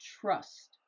trust